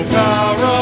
power